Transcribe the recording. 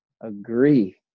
agree